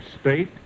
State